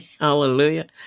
hallelujah